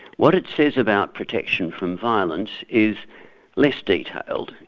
what it says about protection from violence is less detailed.